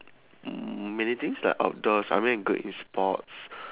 many things like outdoors I mean I'm good in sports